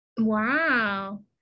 Wow